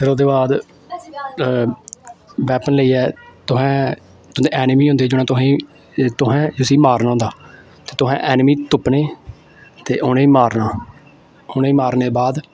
फिर ओह्दे बाद वैपन लेइयै तुसें तुंदे एनमी होंदे जिनेंगी तुसेंगी तुसें जिसी मारना होंदा ते तुसें एनमी तुप्पने ते उनेंगी मारना उनेंगी मारने बाद